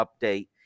update